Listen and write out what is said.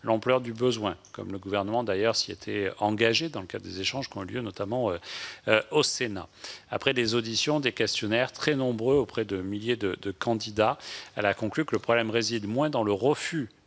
l'ampleur du besoin, comme le Gouvernement s'y était engagé dans le cadre des échanges qui ont eu lieu, notamment au Sénat. Après des auditions et des questionnaires adressés à des milliers de candidats, elle a conclu que le problème résidait moins dans le refus